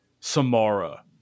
Samara